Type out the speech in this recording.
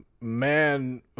man